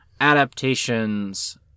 adaptations